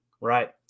right